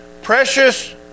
Precious